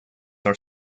are